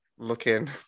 Looking